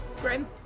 Grim